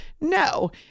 No